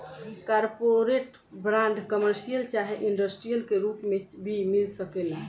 corporate bond, commercial चाहे industrial के रूप में भी मिल सकेला